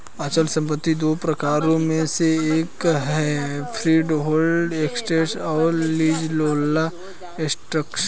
अचल संपत्ति दो प्रकारों में से एक है फ्रीहोल्ड एसेट्स और लीजहोल्ड एसेट्स